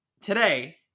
today